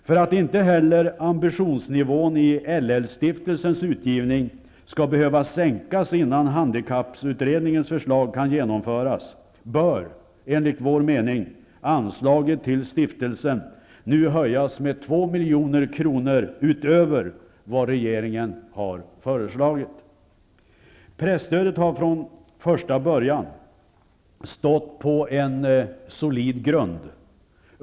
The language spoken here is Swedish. För att inte heller ambitionsnivån i LL-Stiftelsens utgivning skall behöva sänkas innan handikapputredningens förslag kan genomföras bör, enligt vår mening, anslaget till stiftelsen nu höjas med 2 milj.kr. utöver vad regeringen föreslagit. Presstödet har från första början stått på en solid grund.